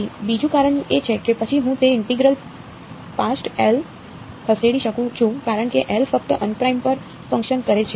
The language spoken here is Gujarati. પછી બીજું કારણ એ છે કે પછી હું તે ઇન્ટિગ્રલ પાસ્ટ L ખસેડી શકું છું કારણ કે L ફક્ત અનપ્રાઇમ પર ફંકશન કરે છે